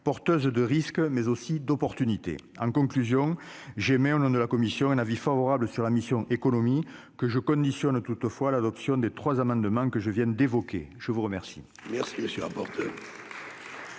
porteuse de risques mais aussi d'opportunités en conclusion, j'aimais au nom de la commission, un avis favorable sur la mission économie que je conditionne toutefois l'adoption des 3 amendements que je viens d'évoquer, je vous remercie.